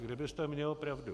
Kdybyste měl pravdu.